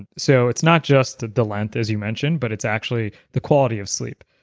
so it's not just the length, as you mentioned but it's actually the quality of sleep.